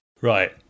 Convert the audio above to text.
Right